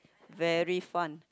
very fun